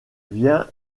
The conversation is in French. vient